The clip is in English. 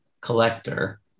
collector